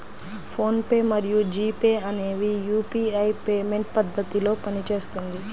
phone pay మరియు G pay అనేవి UPI payment పద్ధతిలో పనిచేస్తుంది